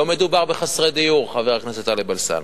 לא מדובר בחסרי דיור, חבר הכנסת טלב אלסאנע.